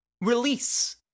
release